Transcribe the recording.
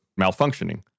malfunctioning